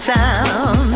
town